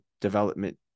development